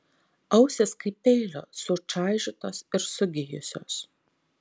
ausys kaip peilio sučaižytos ir sugijusios